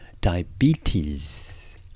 diabetes